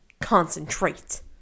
concentrate